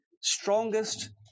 strongest